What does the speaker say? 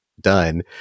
done